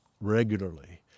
regularly